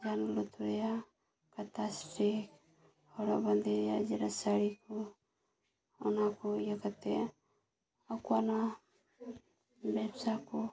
ᱡᱟᱦᱟᱱ ᱞᱟᱹᱠ ᱨᱮᱭᱟᱜ ᱠᱟᱛᱷᱟᱥᱨᱤ ᱡᱟᱦᱟᱱ ᱦᱚᱨᱚᱜ ᱵᱟᱸᱫᱮᱭᱟᱜ ᱡᱮᱢᱚᱱ ᱥᱟᱲᱤ ᱠᱚ ᱚᱱᱟ ᱠᱚ ᱤᱭᱟᱹ ᱠᱟᱛᱮᱫ ᱟᱠᱚᱣᱟᱜ ᱱᱚᱣᱟ ᱵᱮᱵᱽᱥᱟᱠᱚ